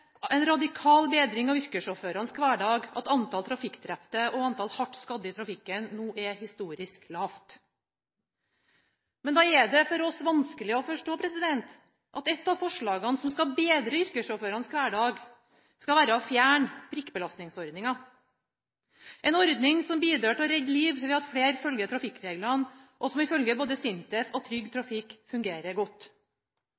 en radikal bedring av yrkessjåførenes hverdag at antallet trafikkdrepte og antallet hardt skadde i trafikken nå er historisk lavt. Men da er det for oss vanskelig å forstå at et av forslagene som skal bedre yrkessjåførenes hverdag, skal være å fjerne prikkbelastningsordninga, en ordning som bidrar til å redde liv ved at flere følger trafikkreglene, og som ifølge både SINTEF og Trygg